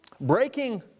Breaking